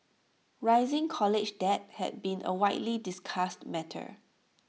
rising college debt has been A widely discussed matter